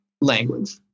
language